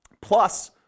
plus